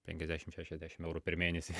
penkiasdešim šešiasdešim eurų per mėnesį